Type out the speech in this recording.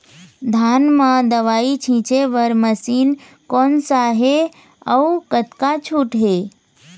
धान म दवई छींचे बर मशीन कोन सा हे अउ कतका छूट हे?